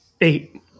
eight